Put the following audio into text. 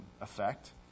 effect